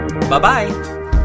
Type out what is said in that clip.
Bye-bye